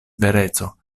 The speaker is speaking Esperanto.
vereco